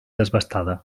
desbastada